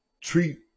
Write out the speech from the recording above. Treat